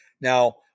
Now